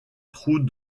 trou